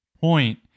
point